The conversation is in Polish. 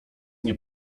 nie